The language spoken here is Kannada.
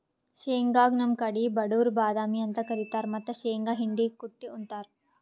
ಶೇಂಗಾಗ್ ನಮ್ ಕಡಿ ಬಡವ್ರ್ ಬಾದಾಮಿ ಅಂತ್ ಕರಿತಾರ್ ಮತ್ತ್ ಶೇಂಗಾ ಹಿಂಡಿ ಕುಟ್ಟ್ ಉಂತಾರ್